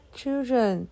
children